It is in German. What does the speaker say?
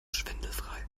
schwindelfrei